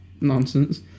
nonsense